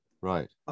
Right